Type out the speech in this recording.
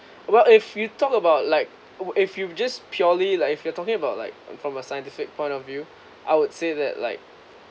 well if you talk about like if you've just purely like if you are talking about like from a scientific point of view I would say that like